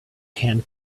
can